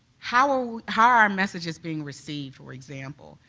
how how are our messages being received, for example.